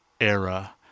era